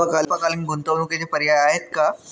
अल्पकालीन गुंतवणूकीचे पर्याय आहेत का?